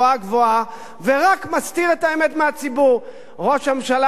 ורק מסתיר את האמת מהציבור: ראש הממשלה והממשלה שלכם,